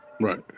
Right